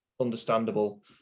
understandable